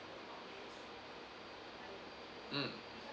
mm